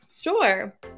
Sure